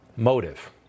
Motive